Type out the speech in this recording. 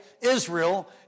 Israel